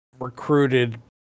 recruited